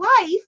life